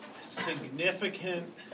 significant